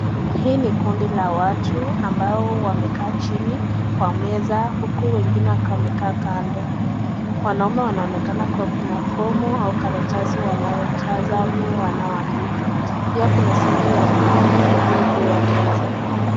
Hii ni kundi la watu ambao wamekaa chini kwa meza huku wengine wakiwa wamekaa kando. Wanaume wanaonekana kuwa kuna fomu au karatasi wanayojaza ama wanayoandika pia kuna simu ya mkono iliyo juu ya meza.